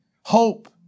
Hope